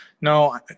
No